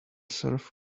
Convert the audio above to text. serf